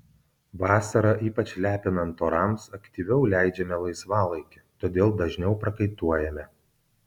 vasarą ypač lepinant orams aktyviau leidžiame laisvalaikį todėl dažniau prakaituojame